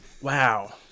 Wow